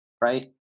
right